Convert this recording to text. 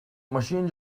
машин